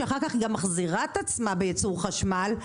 שאחר כך גם מחזירה את עצמה בייצור חשמל,